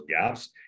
gaps